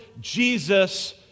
Jesus